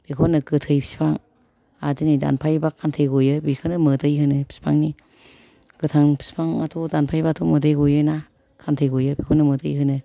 बेखौ होनो गोथै फिफां आरो दिनै दानफायोबा खान्थै गयो बेखौनो मोदै होनो बिफांनि गोथां बिफांआथ' दानफायबाथ' मोदै गयो ना खान्थै गयो बेखौनो मोदै होनो